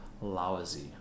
lousy